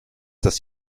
das